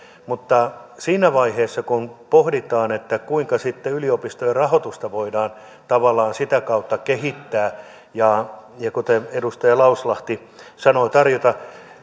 siinä vaiheessa kun pohditaan kuinka sitten yliopistojen rahoitusta voidaan tavallaan sitä kautta kehittää ja ja kuten edustaja lauslahti sanoi tarjota